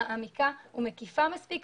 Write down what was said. מעמיקה ומקיפה מספיק.